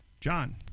John